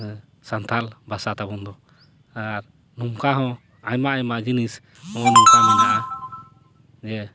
ᱥᱟᱱᱛᱟᱞ ᱵᱷᱟᱥᱟ ᱛᱟᱵᱚᱱ ᱫᱚ ᱟᱨ ᱱᱚᱝᱠᱟ ᱦᱚᱸ ᱟᱭᱢᱟ ᱟᱭᱢᱟ ᱡᱤᱱᱤᱥ ᱱᱚᱝᱠᱟ ᱢᱮᱱᱟᱜᱼᱟ ᱡᱮ